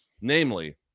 Namely